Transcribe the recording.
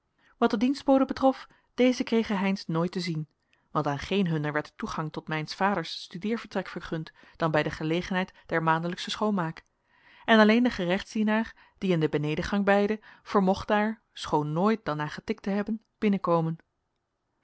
wat de dienstboden betrof deze kregen heynsz nooit te zien want aan geen hunner werd de toegang tot mijns vaders studeervertrek vergund dan bij de gelegenheid der maandelijksche schoonmaak en alleen de gerechtsdienaar die in de benedengang beidde vermocht daar schoon nooit dan na getikt te hebben